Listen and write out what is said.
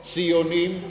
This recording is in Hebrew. ציונים, ובאשקלון?